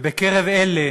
ובקרב אלה